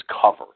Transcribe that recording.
cover